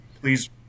please